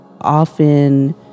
often